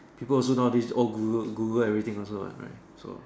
people also nowadays all Google Google everything also I'm right so